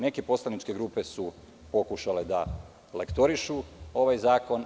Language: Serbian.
Neke poslaničke grupe su pokušale da lektorišu ovaj zakon.